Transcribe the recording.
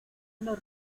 los